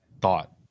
thought